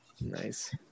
Nice